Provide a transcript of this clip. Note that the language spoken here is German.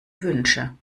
wünsche